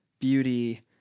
beauty